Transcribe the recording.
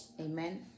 Amen